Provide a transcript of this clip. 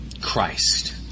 Christ